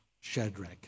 Shadrach